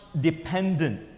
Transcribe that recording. dependent